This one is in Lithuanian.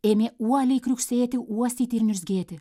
ėmė uoliai kriuksėti uostyti ir niurzgėti